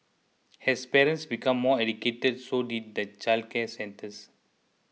as parents became more educated so did the childcare centres